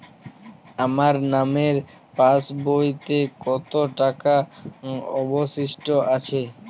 আমার নামের পাসবইতে কত টাকা অবশিষ্ট আছে?